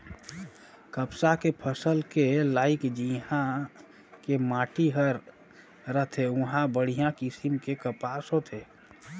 कपसा के फसल के लाइक जिन्हा के माटी हर रथे उंहा बड़िहा किसम के कपसा होथे